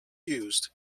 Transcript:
used